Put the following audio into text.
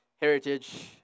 Heritage